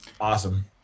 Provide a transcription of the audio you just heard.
Awesome